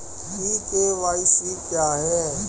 ई KYC क्या है?